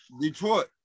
Detroit